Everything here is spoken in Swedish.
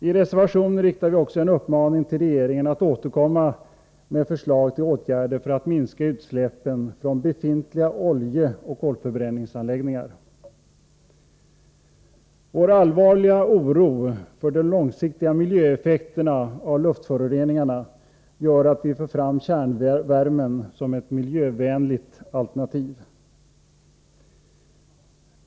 I reservation nr 7 riktar vi också en uppmaning till regeringen att återkomma med förslag till åtgärder för att minska utsläppen från befintliga oljeoch kolförbränningsanläggningar. Vår allvarliga oro för de långsiktiga miljöeffekterna av luftföroreningarna gör att vi för fram kärnvärmen som ett miljövänligt alternativ.